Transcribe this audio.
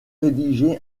rédigé